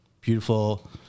beautiful